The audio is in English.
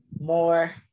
more